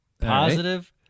Positive